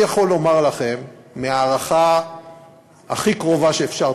אני יכול לומר לכם מהערכה הכי קרובה שאפשר,